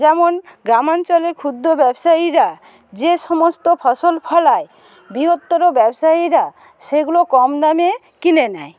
যেমন গ্রামাঞ্চলের ক্ষুদ্র ব্যবসায়ীরা যে সমস্ত ফসল ফলায় বৃহত্তর ব্যবসায়ীরা সেগুলো কম দামে কিনে নেয়